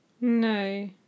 No